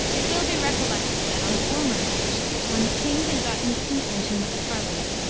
it will be recollected that on former occasions, when the king had got into contention with a parliament,